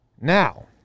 Now